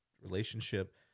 relationship